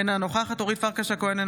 אינה נוכחת אורית פרקש הכהן,